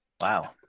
Wow